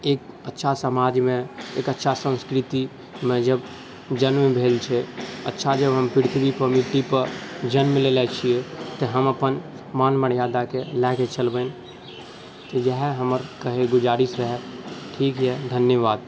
एक अच्छा समाजमे अच्छा संस्कतिमे जब जन्म भेल छै अच्छा जब हम पृथ्वीपर जन्म लेले छिए तऽ हम अपन मान मर्यादाके लऽ कऽ चलबै तऽ इएह हमर कहै गुजारिश रहै ठीक अइ धन्यवाद